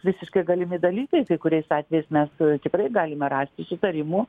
visiškai galimi dalykai kai kuriais atvejais mes tikrai galime rasti sutarimų